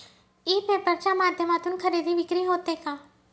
E paper च्या माध्यमातून खरेदी विक्री होते का?